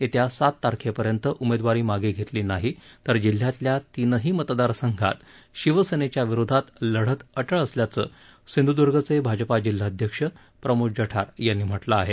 येत्या सात तारखेपर्यंत उमेदवारी मागे घेतली नाही तर जिल्ह्यातल्या तिन्ही मतदारसंघात शिवसेनेविरोधात लढत अटळ असल्याचं सिंधूदर्गचे भाजपा जिल्हाध्यक्ष प्रमोद जठार यांनी म्हटलं आहे